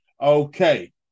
Okay